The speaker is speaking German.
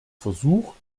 versucht